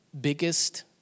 biggest